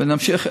ונמשיך.